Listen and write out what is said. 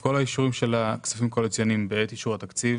כל האישורים של הכספים הקואליציוניים בעת אישור התקציב